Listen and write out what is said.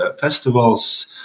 festivals